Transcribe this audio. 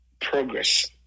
progress